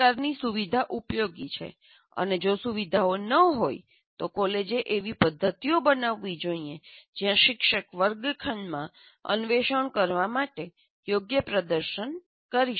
તે પ્રકારની સુવિધા ઉપયોગી છે અને જો સુવિધાઓ ન હોય તો કોલેજે એવી પદ્ધતિઓ બનાવવી જોઈએ કે જ્યાં શિક્ષક વર્ગખંડમાં અન્વેષણ કરવા માટે યોગ્ય પ્રદર્શન કરી શકે